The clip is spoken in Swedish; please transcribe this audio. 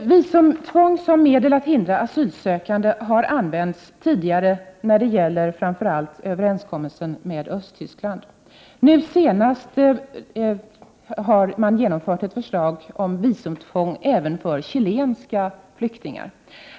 Visumtvång som medel att hindra asylsökande har använts tidigare, framför allt i överenskommelsen med Östtyskland. Nu senast har man genomfört ett förslag om visumtvång även för chilenska flyktingar.